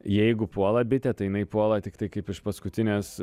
jeigu puola bitė tai jinai puola tiktai kaip iš paskutinės